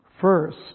First